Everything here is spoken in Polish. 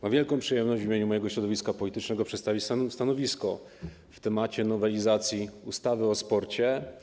Mam wielką przyjemność w imieniu mojego środowiska politycznego przedstawić stanowisko na temat nowelizacji ustawy o sporcie.